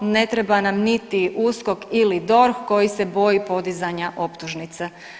Ne treba nam niti USKOK ili DORH koji se boji podizanja optužnice.